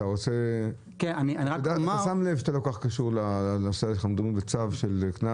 אתה שם לב שאתה לא כל כך קשור לנושא אנחנו מדברים על צו של קנס.